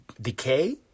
decay